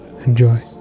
enjoy